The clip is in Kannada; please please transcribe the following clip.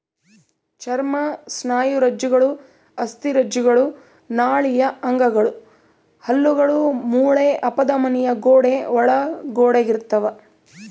ಚರ್ಮ ಸ್ನಾಯುರಜ್ಜುಗಳು ಅಸ್ಥಿರಜ್ಜುಗಳು ನಾಳೀಯ ಅಂಗಗಳು ಹಲ್ಲುಗಳು ಮೂಳೆ ಅಪಧಮನಿಯ ಗೋಡೆ ಒಳಗೊಂಡಿರ್ತದ